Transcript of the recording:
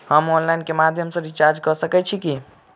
हम ऑनलाइन केँ माध्यम सँ रिचार्ज कऽ सकैत छी की?